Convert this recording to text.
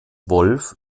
wolff